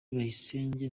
bayisenge